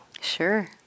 Sure